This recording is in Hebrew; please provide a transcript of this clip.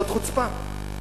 זאת חוצפה.